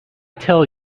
tell